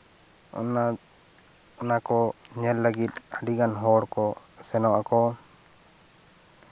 ᱚᱱᱟ ᱚᱱᱟ ᱠᱚ ᱧᱮᱞ ᱞᱟᱹᱜᱤᱫ ᱟᱹᱰᱤᱜᱟᱱ ᱦᱚᱲ ᱠᱚ ᱥᱮᱱᱚᱜ ᱟᱠᱚ